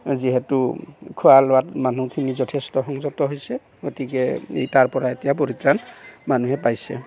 যিহেতু খোৱা লোৱাত মানুহখিনি যথেষ্ট সংযত হৈছে গতিকে এই তাৰপৰা এতিয়া পৰিত্ৰাণ মানুহে পাইছে